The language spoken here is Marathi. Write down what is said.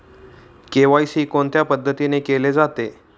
के.वाय.सी कोणत्या पद्धतीने केले जाते?